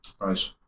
Right